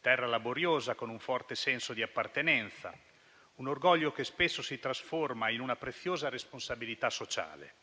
terra laboriosa, con un forte senso di appartenenza e con un orgoglio che spesso si trasforma in una preziosa responsabilità sociale.